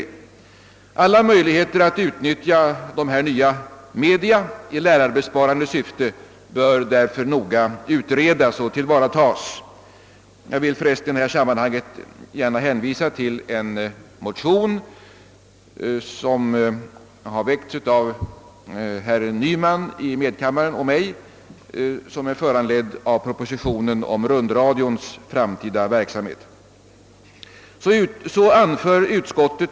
Alla möjligheter att utnyttja dessa nya media i lärarbesparande syfte bör därför noga utredas och tillvaratas. Jag vill i detta sammanhang gärna hänvisa till en motion som har väckts av herr Nyman i medkammaren och mig och som är föranledd av propositionen om rundradions framtida verksamhet.